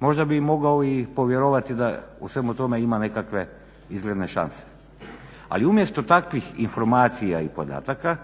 možda bih mogao i povjerovati da u svemu tome ima nekakve izgledne šanse. Ali umjesto takvih informacija i podataka